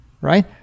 Right